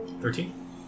Thirteen